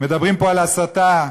מדברים פה על הסתה,